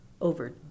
over